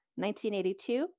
1982